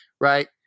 Right